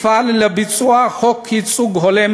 אפעל לביצוע חוק ייצוג הולם,